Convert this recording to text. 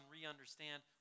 re-understand